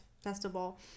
Festival